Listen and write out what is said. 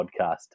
podcast